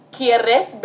¿Quieres